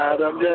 Adam